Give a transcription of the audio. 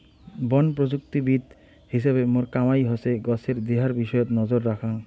বন প্রযুক্তিবিদ হিছাবে মোর কামাই হসে গছের দেহার বিষয়ত নজর রাখাং